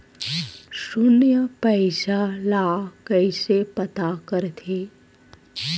शून्य पईसा ला कइसे पता करथे?